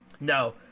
No